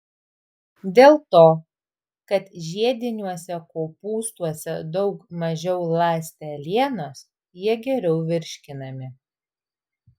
dėl to kad žiediniuose kopūstuose daug mažiau ląstelienos jie geriau virškinami